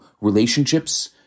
relationships